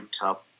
tough